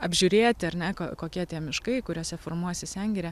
apžiūrėti ar ne kokie tie miškai kuriuose formuojasi sengirė